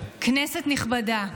כנסת נכבדה,